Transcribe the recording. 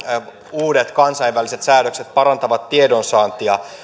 uudet kansainväliset säädökset parantavat tiedonsaantia